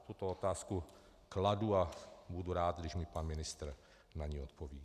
Tuto otázku kladu a budu rád, když mi pan ministr na ni odpoví.